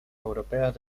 europeas